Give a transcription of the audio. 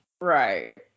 Right